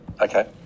okay